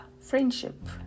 friendship